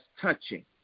touching